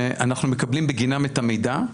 שאנחנו מקבלים בגינם את המידע,